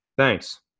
Thanks